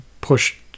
push